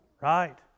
Right